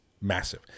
massive